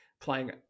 playing